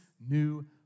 new